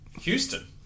Houston